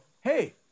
hey